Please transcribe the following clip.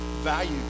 Value